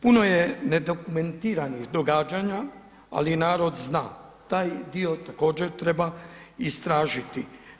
Puno je nedokumentiranih događanja ali narod zna, taj dio također treba istražiti.